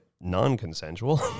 non-consensual